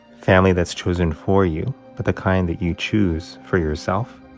family that's chosen for you but the kind that you choose for yourself